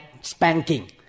spanking